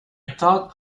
thought